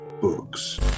books